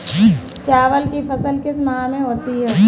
चावल की फसल किस माह में होती है?